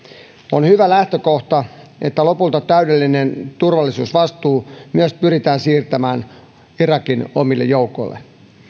on hyvä lähtökohta että lopulta täydellinen turvallisuusvastuu myös pyritään siirtämään irakin omille joukoille